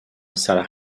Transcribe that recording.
sara